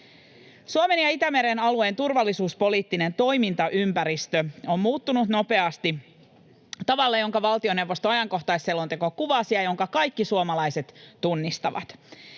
Suomen ja Itämeren alueen turvallisuuspoliittinen toimintaympäristö on muuttunut nopeasti tavalla, jonka valtioneuvoston ajankohtaisselonteko kuvasi ja jonka kaikki suomalaiset tunnistavat.